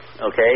Okay